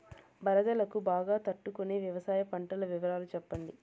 వరదలకు బాగా తట్టు కొనే వ్యవసాయ పంటల వివరాలు చెప్పండి?